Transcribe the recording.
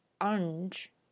orange